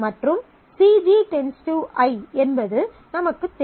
மற்றும் CG → I என்பது நமக்குத் தெரியும்